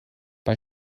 bei